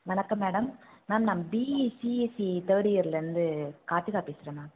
வணக்கம் madam ma'am நான் B E C S E third இயர்லருந்து கார்த்திகா பேசுறேன் மேம்